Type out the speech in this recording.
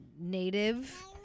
native